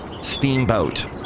Steamboat